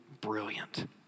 brilliant